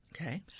Okay